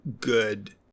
good